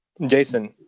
Jason